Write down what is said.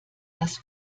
das